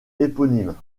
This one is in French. éponyme